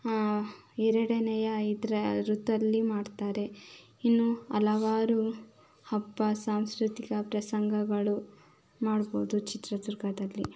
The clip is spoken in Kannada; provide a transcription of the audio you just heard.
ಎರಡನೆಯ ಇದರ ಋತುವಲ್ಲಿ ಮಾಡ್ತಾರೆ ಇನ್ನು ಹಲವಾರು ಹಬ್ಬ ಸಾಂಸ್ಕೃತಿಕ ಪ್ರಸಂಗಗಳು ಮಾಡ್ಬೋದು ಚಿತ್ರದುರ್ಗದಲ್ಲಿ